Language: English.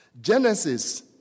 Genesis